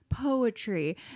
poetry